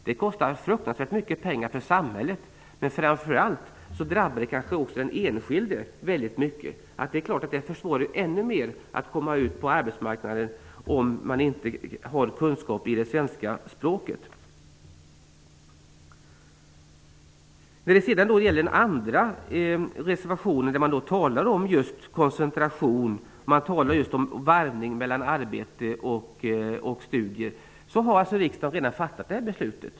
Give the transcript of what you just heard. Det kostar fruktansvärt mycket pengar för samhället, men framför allt drabbar det den enskilde. Det är klart att det blir ännu svårare att komma ut på arbetsmarknaden om man inte har kunskaper i det svenska språket. I den andra reservationen talas det om koncentration och varvning mellan arbete och studier. Det beslutet har riksdagen redan fattat.